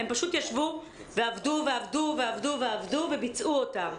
הן פשוט ישבו ועבדו ועבדו ועבדו ועבדו וביצעו אותם.